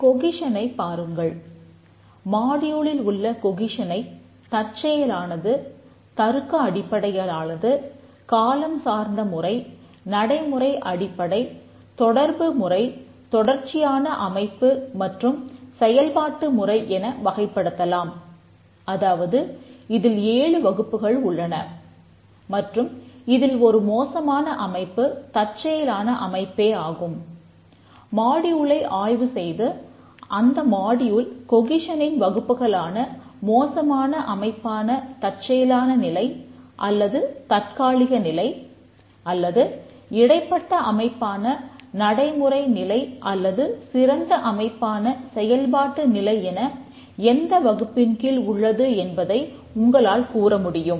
கொகிசனைப் வகுப்புகளான மோசமான அமைப்பான தற்செயலான நிலை அல்லது தற்காலிக நிலை அல்லது இடைப்பட்ட அமைப்பான நடைமுறை நிலை அல்லது சிறந்த அமைப்பான செயல்பாட்டு நிலை என எந்த வகுப்பின் கீழ் உள்ளது என்பதை உங்களால் கூற முடியும்